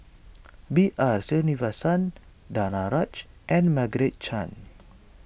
B R Sreenivasan Danaraj and Margaret Chan